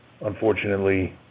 unfortunately